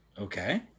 okay